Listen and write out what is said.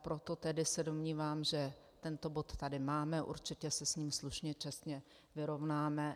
Proto se domnívám, že tento bod tady máme, určitě se s ním slušně čestně vyrovnáme.